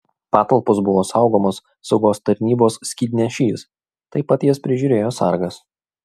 patalpos buvo saugomos saugos tarnybos skydnešys taip pat jas prižiūrėjo sargas